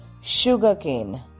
sugarcane